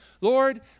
Lord